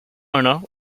owner